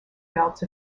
belts